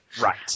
right